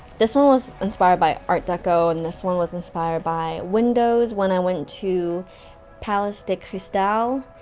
this one was inspired by art deco, and this one was inspired by windows, when i went to palacio de cristal,